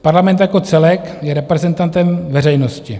Parlament jako celek je reprezentantem veřejnosti.